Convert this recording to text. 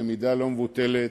במידה לא מבוטלת,